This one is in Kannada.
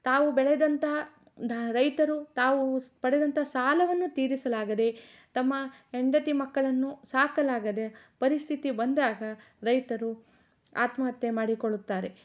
ತಾವು ಬೆಳೆದಂತಹ ದ ರೈತರು ತಾವು ಪಡೆದಂತಹ ಸಾಲವನ್ನು ತೀರಿಸಲಾಗದೆ ತಮ್ಮ ಹೆಂಡತಿ ಮಕ್ಕಳನ್ನು ಸಾಕಲಾಗದೆ ಪರಿಸ್ಥಿತಿ ಬಂದಾಗ ರೈತರು ಆತ್ಮಹತ್ಯೆ ಮಾಡಿಕೊಳ್ಳುತ್ತಾರೆ